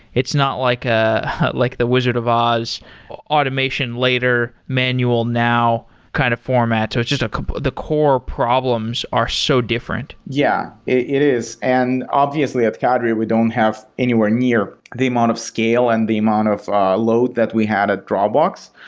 it's not like ah like the wizard of oz automation later manual now kind of format. so it's just the core problems are so different. yeah, it is, and obviously at cadre we don't have anywhere near the amount of scale and the amount of load that we had at dropbox,